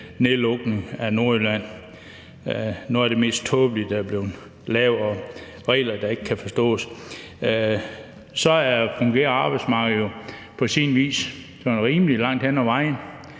nedlukning af Nordjylland – det er noget af det mest tåbelige, der er blevet lavet, og regler, der ikke kan forstås – så fungerer arbejdsmarkedet jo på sin vis sådan rimeligt langt hen ad vejen.